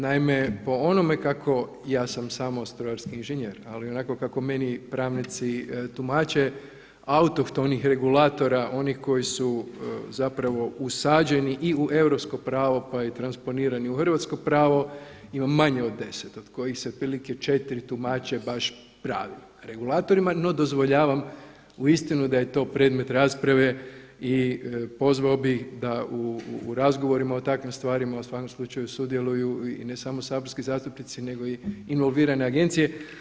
Naime, po onome kako ja sam samo strojarski inženjer, ali onako kako meni pravnici tumače, autohtonih regulatora onih koji su usađeni i u europsko pravo pa i transponirani u hrvatsko pravo ima manje od deset od kojih se otprilike četiri tumače baš pravim regulatorima, no dozvoljavam uistinu da je to predmet rasprave i pozvao bih da u razgovorima o takvim stvarima u svakom slučaju sudjeluju i ne samo saborski zastupnici nego i involvirane agencije.